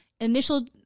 initial